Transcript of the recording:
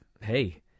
Hey